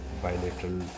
bilateral